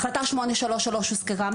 החלטה 833 הוזכרה,